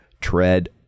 tread